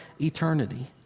eternity